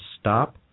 stop